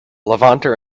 levanter